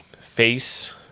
face